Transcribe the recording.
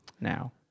now